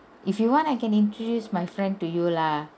if you want I can introduce my friend to you lah